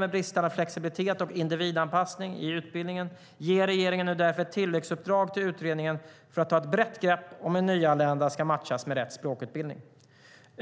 med bristande flexibilitet och individanpassning i utbildningen ger regeringen nu därför ett tilläggsuppdrag till utredningen för att ta ett brett grepp om hur nyanlända ska matchas med rätt språkutbildning.